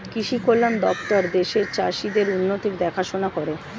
কৃষি কল্যাণ দপ্তর দেশের চাষীদের উন্নতির দেখাশোনা করে